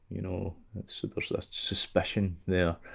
you know so there's like suspicion there,